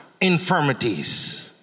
infirmities